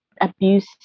abuse